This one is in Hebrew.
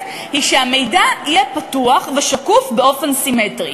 הוא שהמידע יהיה פתוח ושקוף באופן סימטרי.